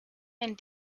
and